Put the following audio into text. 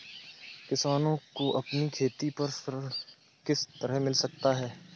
किसानों को अपनी खेती पर ऋण किस तरह मिल सकता है?